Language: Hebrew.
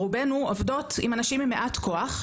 או רובנו עובדות עם אנשים עם מעט כוח,